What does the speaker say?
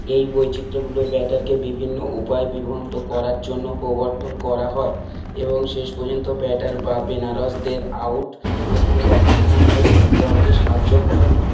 এই বৈচিত্র্যগুলো ব্যাটারকে বিভিন্ন উপায় বিবন্ত করার জন্য প্রবর্তন করা হয় এবং শেষ পরযন্ত ব্যাটার বা বেনাসদের আউট করতে রক্ষান্ত দলকে সাহায্য করে